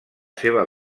seva